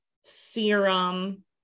serum